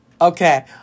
Okay